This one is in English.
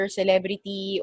celebrity